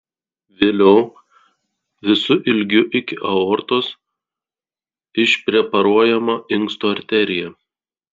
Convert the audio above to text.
vėliau visu ilgiu iki aortos išpreparuojama inksto arterija